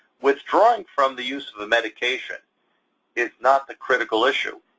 withdrawing from the use of a medication is not the critical issue.